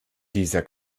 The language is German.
dieser